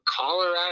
Colorado